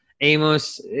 Amos